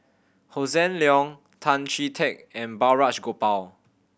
Hossan Leong Tan Chee Teck and Balraj Gopal